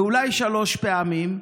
ואולי שלוש פעמים,